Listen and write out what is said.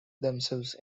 themselves